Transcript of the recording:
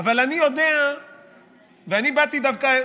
ואני באתי דווקא,